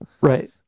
right